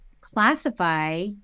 classify